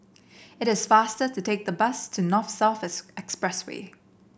it is faster to take the bus to North South Expressway